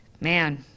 man